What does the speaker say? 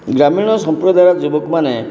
ଗ୍ରାମୀଣ ସମ୍ପ୍ରଦାୟର ଯୁବକମାନେ